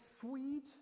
sweet